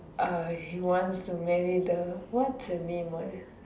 uh he wants to marry the what's her name ah